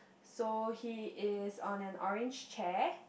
so he is on an orange chair